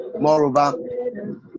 moreover